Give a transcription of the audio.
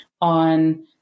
on